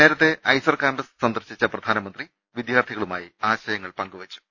നേരത്തെ IISER campus സന്ദർശിച്ച പ്രധാനമന്ത്രി വിദ്യാർഥിക ളുമായി ആശയങ്ങൾ പങ്കുവെച്ചു